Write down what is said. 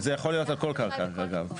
זה יכול להיות על כל קרקע, אגב.